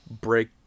break